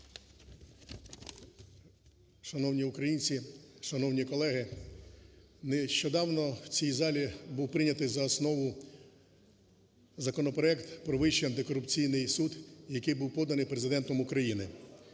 Шановні українці, шановні колеги, нещодавно в цій залі був прийнятий за основу законопроект про Вищий антикорупційний суд, який був поданий Президентом України.